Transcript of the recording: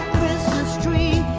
christmas tree